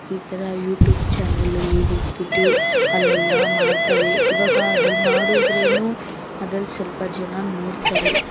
ಈ ಥರ ಯ್ಯೂಟೂಬ್ ಚಾನಲಲ್ಲಿ ಹೋಗ್ಬಿಟ್ಟು ಅಲ್ಲೆಲ್ಲ ಮಾಡ್ತಾರೆ ಇವಾಗ ಅದಲ್ಲಿ ಮಾಡಿದ್ರೆಯು ಅದಲ್ಲಿ ಸ್ವಲ್ಪ ಜನ ನೋಡ್ತಾರೆ